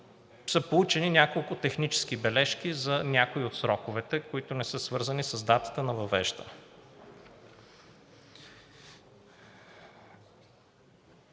са получени няколко технически бележки за някои от сроковете, които не са свързани с датата на въвеждането